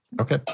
Okay